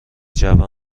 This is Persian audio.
جوم